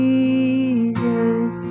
Jesus